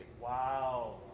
Wow